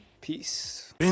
Peace